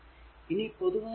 ഇനി പൊതുവായി പറയാം